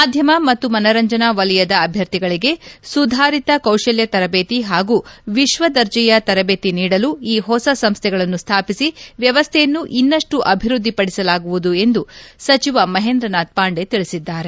ಮಾಧ್ಯಮಾ ಮತ್ತು ಮನರಂಜನಾ ವಲಯದ ಅಭ್ಯರ್ಥಿಗಳಿಗೆ ಸುಧಾರಿತ ಕೌಶಲ್ಯ ತರದೇತಿ ಹಾಗೂ ವಿಶ್ವದರ್ಜೆಯ ತರಬೇತಿ ನೀಡಲು ಈ ಹೊಸ ಸಂಸ್ಟೆಗಳನ್ನು ಸ್ಥಾಪಿಸಿ ವ್ಯವಸ್ಥೆಯನ್ನು ಇನ್ನಷ್ಟು ಅಭಿವೃದ್ಧಿ ಪಡಿಸಲಾಗುವುದು ಸಚಿವ ಮಹೇಂದ್ರನಾಥ್ ಪಾಂಡೆ ತಿಳಿಸಿದ್ದಾರೆ